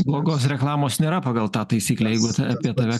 blogos reklamos nėra pagal tą taisyklę jeigu apie tave